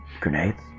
grenades